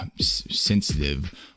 sensitive